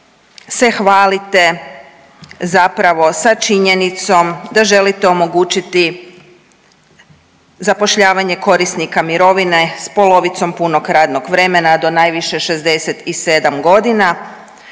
hvalite zapravo sa činjenicom da želite omogućiti zapošljavanje korisnika mirovine sa polovicom punog radnog vremena do najviše 67 godina.